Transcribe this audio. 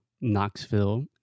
Knoxville